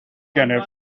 gennyf